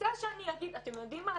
ורוצה שאני אגיד: אתם יודעים מה?